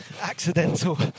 accidental